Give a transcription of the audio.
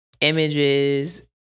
images